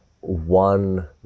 one